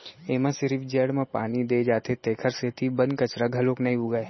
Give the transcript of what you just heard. एमा सिरिफ जड़ म पानी दे जाथे तेखर सेती बन कचरा घलोक नइ उगय